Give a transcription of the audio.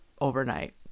overnight